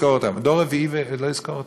יזכור אותם,